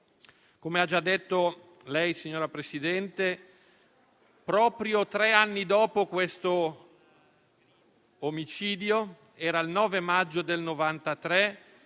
Come ha già detto lei, signora Presidente, proprio tre anni dopo questo omicidio, il 9 maggio del 1993,